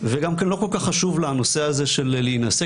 וגם כן לא כל כך חשוב לה הנושא של להינשא